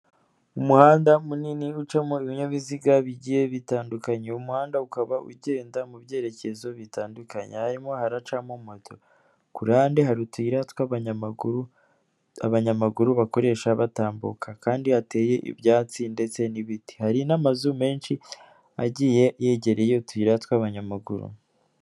Umuhanda munini ucamo ibinyabiziga bigiye bitandukanya, uwo muhanda ukaba ugenda mu byerekezo bitandukanye. Harimo haracamo moto, ku ruhande hari utuyira tw'abanyamaguru abanyamaguru bakoresha batambuka kandi hateye ibyatsi ndetse n'ibiti. Hari n'amazu menshi agiye yegereye utuyira tw'abanyamaguru.